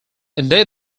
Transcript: indeed